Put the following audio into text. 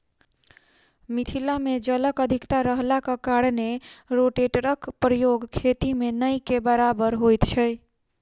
मिथिला मे जलक अधिकता रहलाक कारणेँ रोटेटरक प्रयोग खेती मे नै के बराबर होइत छै